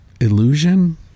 illusion